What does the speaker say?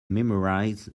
memorize